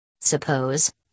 Suppose